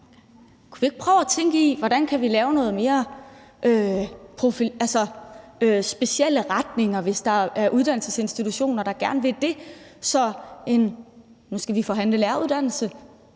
kunne vi ikke prøve at tænke i, hvordan vi kunne lave nogle flere specielle retninger, hvis der er uddannelsesinstitutioner, der gerne vil det? Nu skal vi forhandle læreruddannelse.